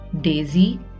Daisy